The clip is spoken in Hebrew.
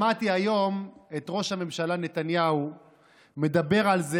שמעתי היום את ראש הממשלה נתניהו מדבר על זה